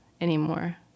anymore